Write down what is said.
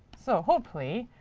so hopefully,